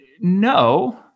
no